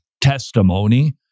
testimony